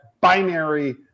binary